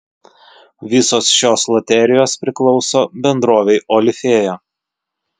visos šios loterijos priklauso bendrovei olifėja